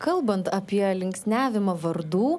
kalbant apie linksniavimą vardų